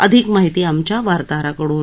अधिक माहिती आमच्या वार्ताहराकडून